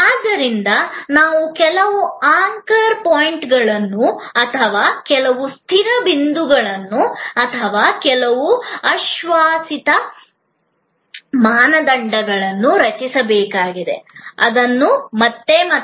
ಆದ್ದರಿಂದ ನಾವು ಕೆಲವು ಆಂಕರ್ ಪಾಯಿಂಟ್ಗಳನ್ನು ಅಥವಾ ಕೆಲವು ಸ್ಥಿರ ಬಿಂದುಗಳನ್ನು ಅಥವಾ ಕೆಲವು ಆಶ್ವಾಸಿತ ಮಾನದಂಡಗಳನ್ನು ರಚಿಸಬೇಕಾಗಿದೆ ಅದನ್ನು ಮತ್ತೆ ಮತ್ತೆ ಮಾಡಬಹುದು